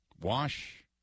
Wash